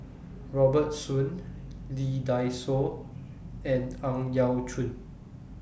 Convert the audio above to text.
Robert Soon Lee Dai Soh and Ang Yau Choon